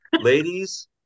ladies